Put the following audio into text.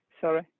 sorry